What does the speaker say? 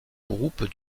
groupe